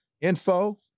info